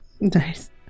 Nice